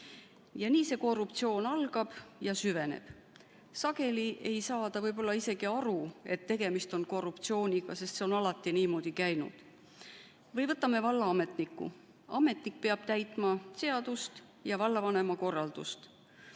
Nii see korruptsioon algab ja süveneb. Sageli ei saada võib-olla isegi aru, et tegemist on korruptsiooniga, sest see on alati niimoodi käinud. Või võtame vallaametniku. Ametnik peab täitma seadust ja vallavanema korraldust.